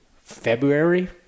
February